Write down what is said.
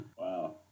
Wow